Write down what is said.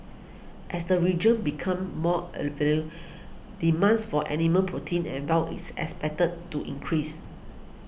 as the region becomes more demands for animal protein and wow is expected to increase